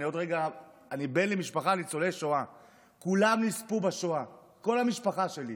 כולם נספו בשואה, כל המשפחה שלי,